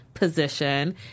position